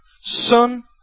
Son